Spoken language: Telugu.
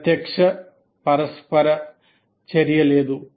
ప్రత్యక్ష పరస్పర చర్య లేదు